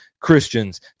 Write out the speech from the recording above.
Christians